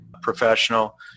professional